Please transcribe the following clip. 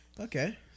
okay